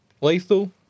Lethal